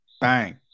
Bang